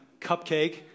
cupcake